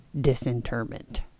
disinterment